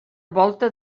volta